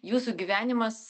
jūsų gyvenimas